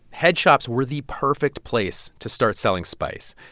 head shops were the perfect place to start selling spice.